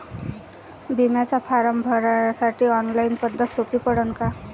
बिम्याचा फारम भरासाठी ऑनलाईन पद्धत सोपी पडन का?